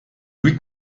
louis